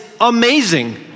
amazing